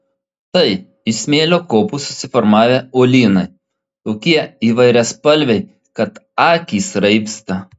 tai iš smėlio kopų susiformavę uolynai tokie įvairiaspalviai kad akys raibsta